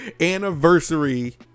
anniversary